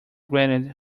granted